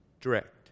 direct